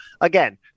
Again